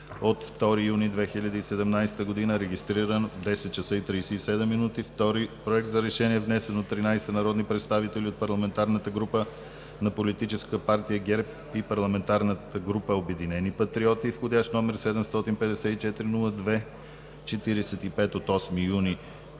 от 2 юни 2017 г., регистриран в 10,37 ч., втори Проект за решение, внесен от 13 народни представители от парламентарната група на Политическа партия ГЕРБ и парламентарната група „Обединени патриоти“ с вх. № 754-02-45 от 8 юни